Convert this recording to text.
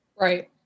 right